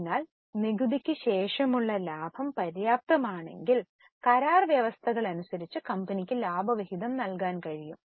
അതിനാൽ നികുതിയ്ക്കു ശേഷമുള്ള ലാഭം പര്യാപ്തമാണെങ്കിൽ കരാർ വ്യവസ്ഥകൾ അനുസരിച്ച് കമ്പനിക്ക് ലാഭവിഹിതം നൽകാൻ കഴിയും